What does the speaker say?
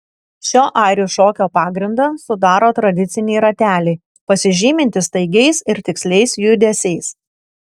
šio airių šokio pagrindą sudaro tradiciniai rateliai pasižymintys staigiais ir tiksliais judesiais